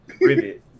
Rivet